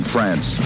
France